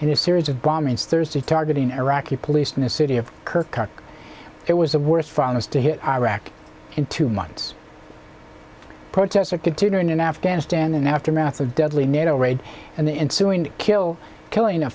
in a series of bombings thursday targeting iraqi police in the city of kirk it was the worst foreigners to hit iraq in two months protests are continuing in afghanistan an aftermath of deadly nato raid and the ensuing kill killing